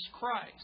Christ